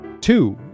Two